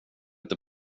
inte